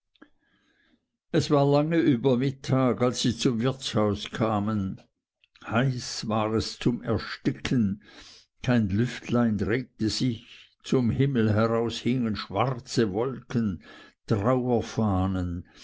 es war lange über mittag als sie zum wirtshaus kamen heiß war es zum ersticken kein lüftlein regte sich zum himmel heraus hingen schwarze wolken trauerfahnen